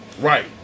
Right